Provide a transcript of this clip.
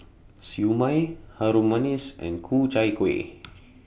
Siew Mai Harum Manis and Ku Chai Kuih